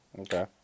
Okay